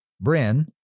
Bryn